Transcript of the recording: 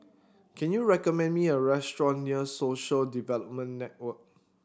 can you recommend me a restaurant near Social Development Network